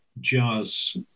jazz